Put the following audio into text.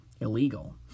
illegal